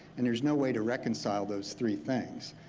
and there's no way to reconcile those three things.